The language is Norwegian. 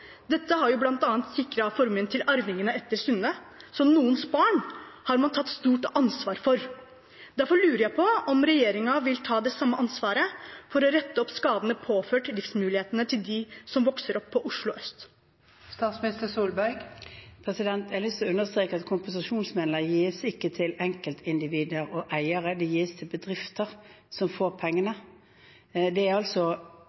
Dette har bl.a. sikret formuen til arvingene etter Sunde. Så noens barn har man tatt stort ansvar for. Derfor lurer jeg på om regjeringen vil ta det samme ansvaret for å rette opp skadene påført inntektsmulighetene til dem som vokser opp i Oslo øst? Jeg har lyst til å understreke at kompensasjonsmidler ikke gis til enkeltindivider og eiere, de gis til bedrifter – de får pengene. Det er